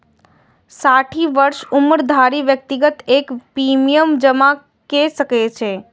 साठि वर्षक उम्र धरि व्यक्ति एकर प्रीमियम जमा कैर सकैए